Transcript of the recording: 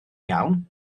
iawn